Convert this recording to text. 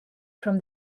from